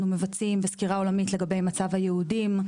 מבצעים וסקירה עולמית לגבי מצב היהודים,